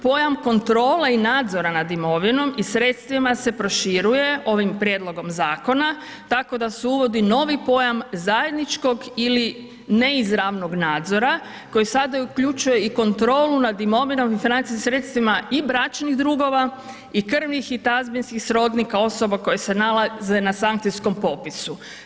Pojam kontrole i nadzora nad imovinom i sredstvima se proširuje ovim prijedlogom zakona tako da se uvodi novi pojam zajedničkog ili neizravnog nadzora koji sada uključuje i kontrolu nad imovinom i financijskim sredstvima i bračnih drugova i krvnih i tazbinskih srodnika osoba koje se nalaze na sankcijskom popisu.